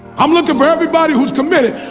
i'm looking for everybody who's committed